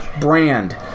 brand